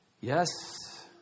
Yes